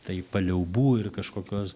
tai paliaubų ir kažkokios